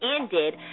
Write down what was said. ended